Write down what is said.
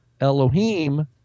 Elohim